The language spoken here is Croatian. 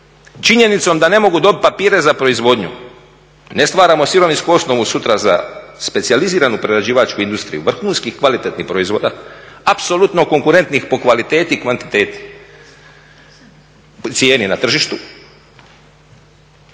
Činjenicom da ne mogu dobiti papire za proizvodnju ne stvaramo sirovinsku osnovu sutra za specijaliziranu prerađivačku industriju vrhunskih kvalitetnih proizvoda, apsolutno konkurentnih po kvaliteti i kvantiteti, cijeni na tržištu